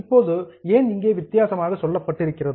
இப்போது ஏன் இங்கே வித்தியாசமாக சொல்லப்பட்டிருக்கிறது